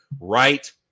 right